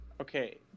Okay